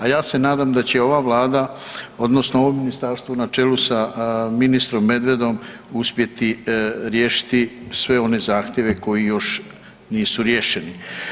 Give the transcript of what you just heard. A ja se nadam da će ova Vlada, odnosno ovo ministarstvo na čelu sa ministrom Medvedom uspjeti riješiti sve one zahtjeve koji još nisu riješeni.